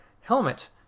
Helmet